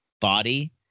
body